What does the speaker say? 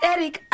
Eric